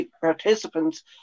participants